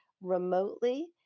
remotely